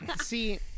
See